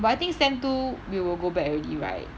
but I think sem two we will go back already right